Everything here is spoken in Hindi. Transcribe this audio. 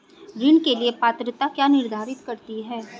ऋण के लिए पात्रता क्या निर्धारित करती है?